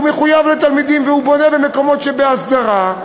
הוא מחויב לתלמידים והוא בונה במקומות שבהסדרה,